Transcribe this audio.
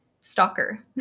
stalker